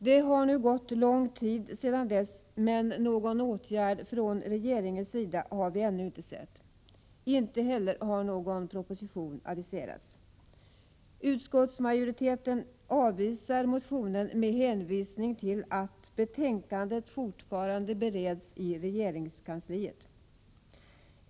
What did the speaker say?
Det har nu gått lång tid sedan dess, men någon åtgärd från regeringens sida har vi ännu inte sett, och inte heller har någon proposition aviserats. Utskottsmajoriteten avvisar motionen med hänvisning till att betänkandet fortfarande bereds inom regeringskansliet.